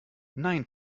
nein